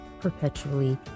perpetually